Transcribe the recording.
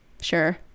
Sure